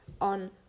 on